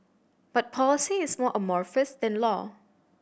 but policy is more amorphous than law